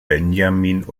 benjamin